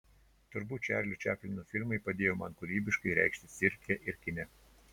turbūt čarlio čaplino filmai padėjo man kūrybiškai reikštis cirke ir kine